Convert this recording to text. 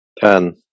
Ten